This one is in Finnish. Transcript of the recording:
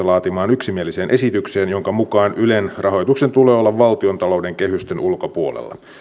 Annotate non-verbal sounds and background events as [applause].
[unintelligible] laatimaan yksimieliseen esitykseen jonka mukaan ylen rahoituksen tulee olla valtiontalouden kehysten ulkopuolella